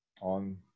on